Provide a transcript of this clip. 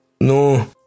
no